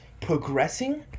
progressing